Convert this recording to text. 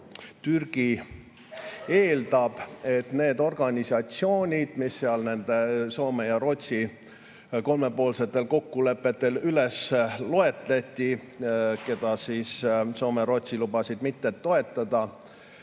Türgi eeldab, et need organisatsioonid, mis Soome ja Rootsi kolmepoolsetes kokkulepetes üles loetleti, keda siis Soome ja Rootsi lubasid mitte toetada,